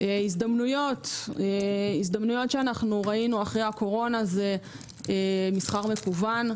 הזדמנויות שאנו ראינו אחרי הקורונה זה מסחר מקוון.